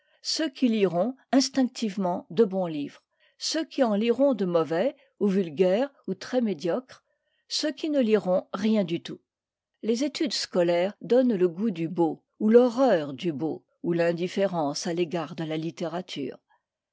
ceux qui liront instinctivement de bons livres ceux qui en liront de mauvais ou vulgaires ou très médiocres ceux qui ne liront rien du tout les études scolaires donnent le goût du beau ou l'horreur du beau ou l'indifférence à l'égard de la littérature